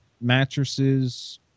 mattresses